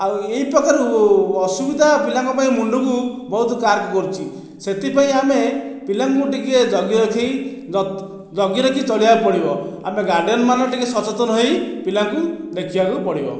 ଆଉ ଏହି ପ୍ରକାର ଅସୁବିଧା ପିଲାଙ୍କ ପାଇଁ ମୁଣ୍ଡକୁ ବହୁତ କ୍ରାକ୍ କରୁଛି ସେଥିପାଇଁ ଆମେ ପିଲାଙ୍କୁ ଟିକିଏ ଜଗିରଖି ଜଗିରଖି ଚଳିବାକୁ ପଡ଼ିବ ଆମେ ଗାର୍ଡ଼ିଆନ୍ମାନେ ଟିକିଏ ସଚେତନ ହୋଇ ପିଲାଙ୍କୁ ଦେଖିବାକୁ ପଡ଼ିବ